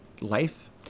life